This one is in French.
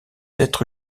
être